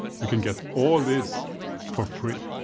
you can get all this for free.